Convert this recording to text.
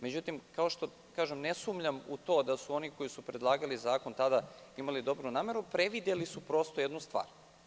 Međutim, ne sumnjam u to da oni koji su predlagali zakon tada imali dobru nameru, prevideli su jednu stvar.